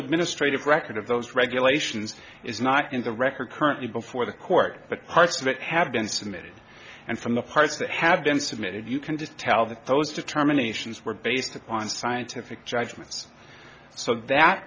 administrative record of those regulations is not in the record currently before the court but parts of it have been submitted and from the parts that have been submitted you can just tell that those determinations were based on scientific judgments so that